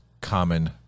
common